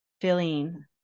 feeling